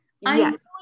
Yes